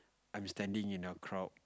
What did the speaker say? I'm standing in a crowd